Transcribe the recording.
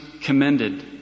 commended